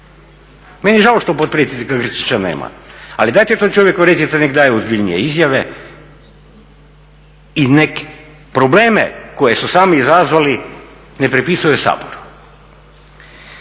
Meni je žao što potpredsjednika Grčića nema, ali dajte tom čovjeku recite neka daje ozbiljnije izjave i neka probleme koji su sami izazvali ne pripisuje Saboru.